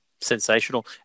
sensational